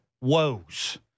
woes